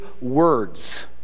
words